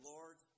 Lord